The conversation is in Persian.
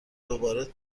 دوباره